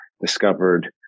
discovered